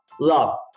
love